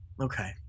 okay